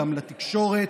גם לתקשורת,